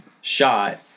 shot